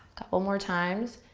couple more times.